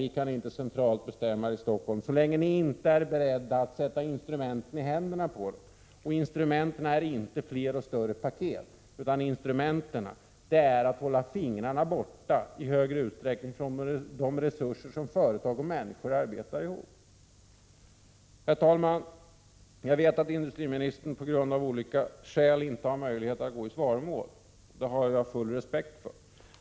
Vi kan inte centralt bestämma i Stockholm. Det går inte så länge ni inte är beredda att sätta instrumenten i händerna på människorna. De instrumenten är inte flera och större paket, utan de består i att hålla fingrarna borta i större utsträckning från de resurser som företag och människor arbetar ihop. Herr talman! Jag vet att industriministern av olika skäl inte har möjlighet att gå i svaromål. Det har jag full respekt för.